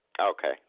okay